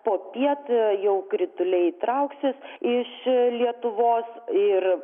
popiet jau krituliai trauksis iš lietuvos ir